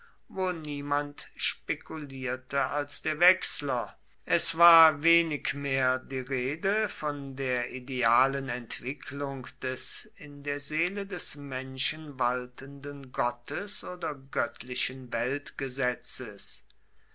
wo niemand spekulierte als der wechsler es war wenig mehr die rede von der idealen entwicklung des in der seele des menschen waltenden gottes oder göttlichen